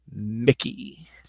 mickey